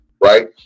right